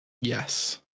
Yes